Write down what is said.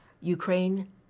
Ukraine